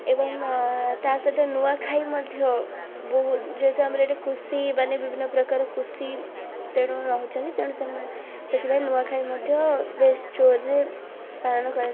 ଏବଂ ତା ସହିତ ନୂଆଖାଇ ମଧ୍ୟ ବହୁ ଯେହେତୁ ଆମର ଏଠି କୃଷି ମାନେ ବିଭିନ୍ନ ପ୍ରକାର କୃଷି ତେଣୁ ରହୁଛନ୍ତି ତେଣୁ ସେମାନେ ସେଥିପାଇଁ ନୂଆଖାଇ ମଧ୍ୟ ବେଶ୍ ଜୋରରେ ପାଳନ କରାଯାଏ